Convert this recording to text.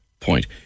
point